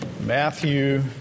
Matthew